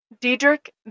Diedrich